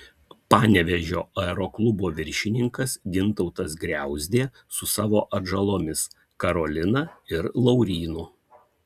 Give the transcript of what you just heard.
panevėžio aeroklubo viršininkas gintautas griauzdė su savo atžalomis karolina ir laurynu